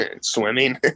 swimming